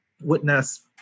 witness